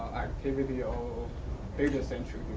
activity of data's entry